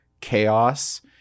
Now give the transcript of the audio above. chaos